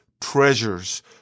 treasures